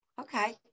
Okay